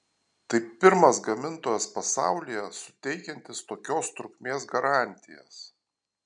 tai pirmas gamintojas pasaulyje suteikiantis tokios trukmės garantijas